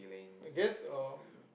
I guess uh